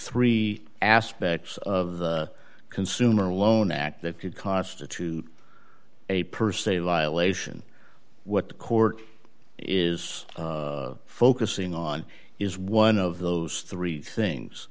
three aspects of the consumer loan act that could constitute a per se violation what the court is focusing on is one of those three things